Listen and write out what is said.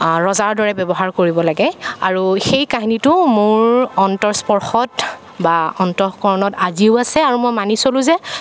ৰজাৰ দৰে ব্য়ৱহাৰ কৰিব লাগে আৰু সেই কাহিনীটোৱে মোৰ অন্তৰস্পৰ্শত বা অন্তঃকৰণত আজিও আছে আৰু মই মানি চলোঁ যে